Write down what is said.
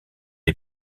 est